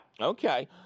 Okay